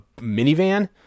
minivan